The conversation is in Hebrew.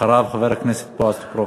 אחריו, חבר הכנסת בועז טופורובסקי.